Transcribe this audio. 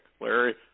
Larry